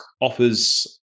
offers